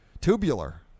Tubular